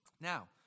Now